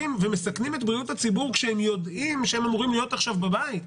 ומסכנים את בריאות הציבור כשהם יודעים שהם אמורים להיות עכשיו בבית.